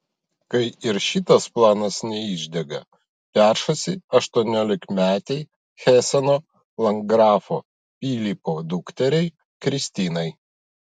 kai ir šitas planas neišdega peršasi aštuoniolikmetei heseno landgrafo pilypo dukteriai kristinai